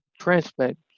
transplant